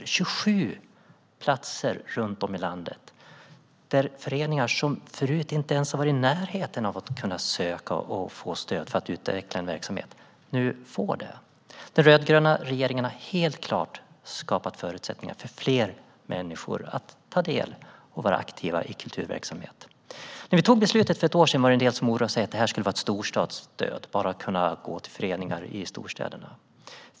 Det är 27 platser runt om i landet där föreningar som förut inte har varit i närheten av att kunna söka och få stöd för att utveckla en verksamhet nu får det. Den rödgröna regeringen har helt klart skapat förutsättningar för fler människor att ta del av och vara aktiva i kulturverksamhet. När vi tog beslutet för ett år sedan var det en del som oroade sig för att det här skulle vara ett stöd som bara skulle kunna gå till föreningar i storstäderna.